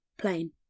plain